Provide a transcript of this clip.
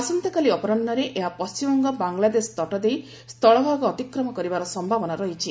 ଆସନ୍ତାକାଲି ଅପରାହ୍ନରେ ଏହା ପଣ୍ଟିମବଙ୍ଗ ବାଙ୍ଗଲାଦେଶ ତଟ ଦେଇ ସ୍ଥଳଭାଗ ଅତିକ୍ରମ କରିବାର ସମ୍ଭାବନା ଅଛି